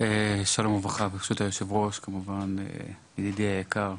ברשות היושב-ראש, ידידי היקר,